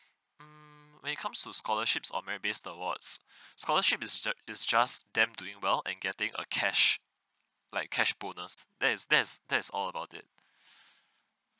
mm when it come to scholarships or merit based awards scholarship is ju~ is just them doing well and getting a cash like cash bonus that is that's that's all about it